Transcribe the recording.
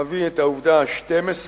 אביא את העובדה ה-12,